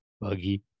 Buggy